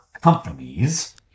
companies